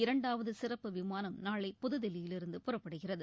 இரண்டாவது சிறப்பு விமானம் நாளை புதுதில்லியிலிருந்து புறப்படுகிறது